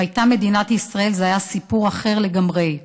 אם הייתה מדינת ישראל, זה היה סיפור אחר לגמרי,